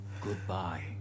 Goodbye